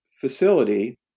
facility